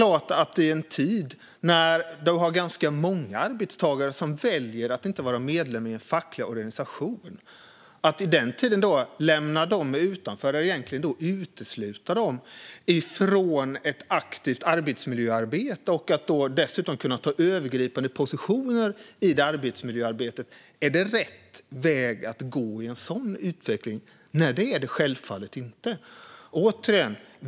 Att i en tid när det finns många arbetstagare som väljer att inte vara medlemmar i en facklig organisation då lämna dem utanför, eller egentligen utesluta dem från, ett aktivt arbetsmiljöarbete och från att inta övergripande positioner i det arbetsmiljöarbetet - vi måste fråga oss om det är rätt väg att gå. Nej, det är det självfallet inte.